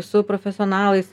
su profesionalais